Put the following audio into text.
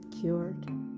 cured